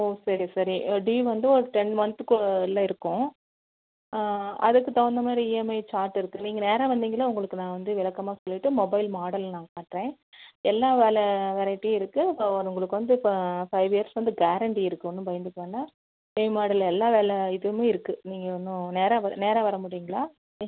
ஓ சரி சரி ட்யூ வந்து ஒரு டென் மந்த்துக்கு உள்ளே இருக்கும் அதுக்கு தகுந்த மாதிரி இஎம்ஐ சார்ஜ் இருக்குது நீங்கள் நேராக வந்திங்கன்னால் உங்களுக்கு ண் வந்து வெளக்கமா சொல்லிட்டு மொபைல் மாடல் நான் காட்டுறேன் எல்லா வெலை வெரைட்டியும் இருக்குது ஸோ உங்களுக்கு வந்து இப்போ ஃபைவ் இயர்ஸ் வந்து கேரண்ட்டி இருக்குது ஒன்றும் பயந்துக்க வேண்டாம் சேம் மாடல் எல்லா வெலை இதுவுமே இருக்குது நீங்கள் ஒன்றும் நேராக வ நேரா வர முடியுங்களா